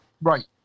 Right